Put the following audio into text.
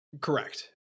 Correct